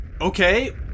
Okay